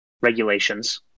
regulations